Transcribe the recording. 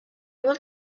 will